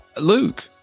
Luke